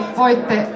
voitte